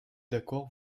d’accord